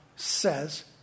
Says